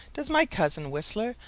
does my cousin, whistler,